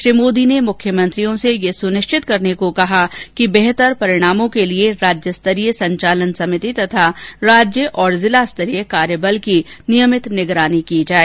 श्री मोदी ने मुख्यमंत्रियों से यह सुनिश्चित करने को कहा कि बेहतर परिणामों के लिए राज्य स्तरीय संचालन समिति तथा राज्य और जिला स्तरीय कार्यबल की नियमित निगरानी की जाए